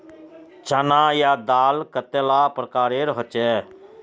चना या दाल कतेला प्रकारेर होचे?